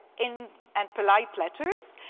in and polite letters.